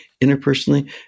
interpersonally